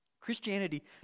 Christianity